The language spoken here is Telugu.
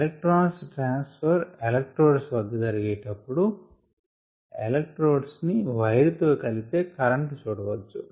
ఎలెక్ట్రాన్స్ ట్రాన్స్ ఫర్ ఎలెక్రోడ్స్ వద్ద జరిగే టప్పుడు ఎలెక్ట్రోడ్స్ ని వైర్ తో కలిపితే కరంటు చూడ వచ్చు